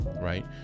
right